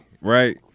right